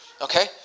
okay